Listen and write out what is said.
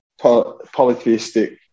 polytheistic